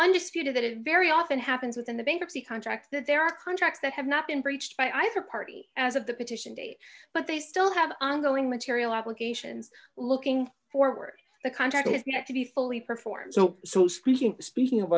undisputed that it very often happens within the bankruptcy contract that there are contracts that have not been breached by either party as of the petition date but they still have ongoing material obligations looking forward the contract is you have to be fully performed so so speaking speaking of